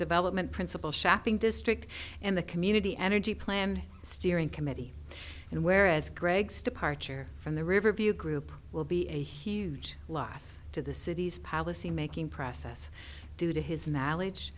development principal shopping district and the community energy plan steering committee and whereas greg's departure from the riverview group will be a huge loss to the city's policymaking process due to his knowledge